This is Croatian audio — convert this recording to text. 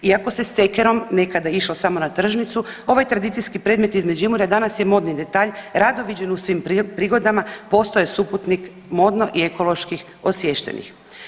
Iako se s cekerom nekada išlo samo na tržnicu ovaj tradicijski predmet iz Međimurja danas je modni detalj rado viđen u svim prigodama postao je suputnik modno i ekološko osviještenih.